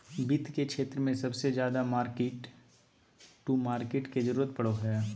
वित्त के क्षेत्र मे सबसे ज्यादा मार्किट टू मार्केट के जरूरत पड़ो हय